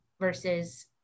versus